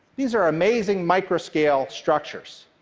these are amazing microscale structures.